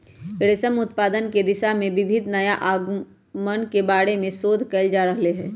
रेशम उत्पादन के दिशा में विविध नया आयामन के बारे में शोध कइल जा रहले है